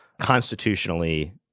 constitutionally